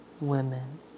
women